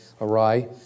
awry